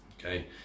Okay